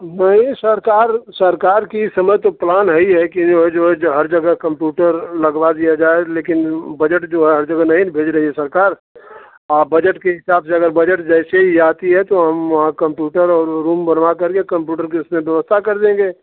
वही सरकार सरकार की इस समय तो प्लान है ही है कि जो है जो है जे हर जगह कम्प्यूटर लगवा दिया जाए लेकिन बजट जो है तो हर जगह नहीं न भेज रही है सरकार आ बजट के हिसाब से अगर बजट जैसे ही आती है तो हम वहाँ कम्प्यूटर और रूम बनवा करके कम्प्यूटर की उसमें व्यवस्था कर देंगे